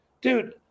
Dude